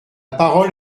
parole